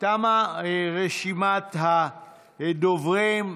תמה רשימת הדוברים.